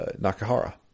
Nakahara